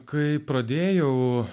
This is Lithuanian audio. kai pradėjau